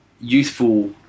youthful